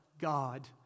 God